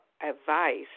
advice